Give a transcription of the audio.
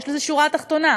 יש לזה שורה תחתונה,